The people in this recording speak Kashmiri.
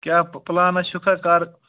کیٛاہ پٕلانَس چھُکھ حظ کَر